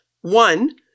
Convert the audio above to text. one